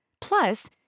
Plus